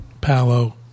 Palo